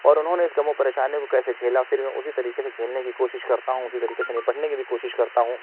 اور اُنہوں نے اِس غم و پریشانی کو کیسے جھیلا پھر میں اُسی طریقے سے جھیلنے کی کوشش کرتا ہوں اُسی طریقے سے نپٹنے کی بھی کوشش کرتا ہوں